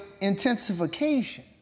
intensification